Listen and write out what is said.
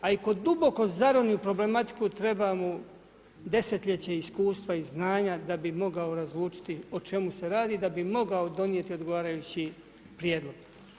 A i tko duboko zaroni u problematiku treba mu desetljeće iskustva i znanja da bi mogao razlučiti o čemu se radi, da bi mogao donijeti odgovarajući prijedlog.